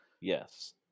Yes